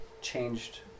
changed